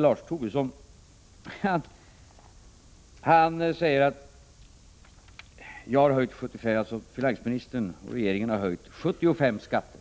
Lars Tobisson säger att finansministern och regeringen har höjt 75 skatter.